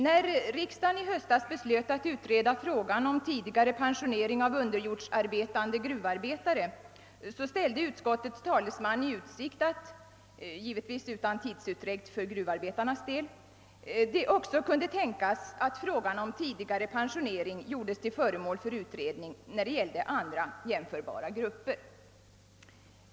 När riksdagen i höstas beslöt att utreda frågan om tidigare pensionering av underjordsarbetande gruvarbetare sade utskottets talesman att — givetvis utan tidsutdräkt för gruvarbetarnas del — det kunde tänkas att frågan om tidigare pensionering också för andra jämförbara grupper blir föremål för utredning.